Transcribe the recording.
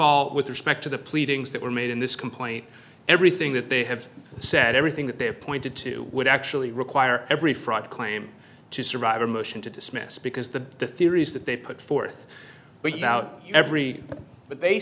all with respect to the pleadings that were made in this complaint everything that they have said everything that they have pointed to would actually require every fraud claim to survive a motion to dismiss because the the theory is that they put forth but now every but they